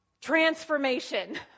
transformation